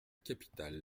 capitale